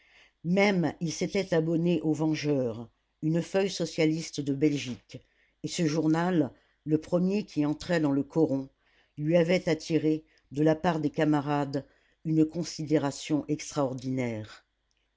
même il s'était abonné au vengeur une feuille socialiste de belgique et ce journal le premier qui entrait dans le coron lui avait attiré de la part des camarades une considération extraordinaire